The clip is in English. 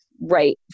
right